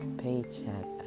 paycheck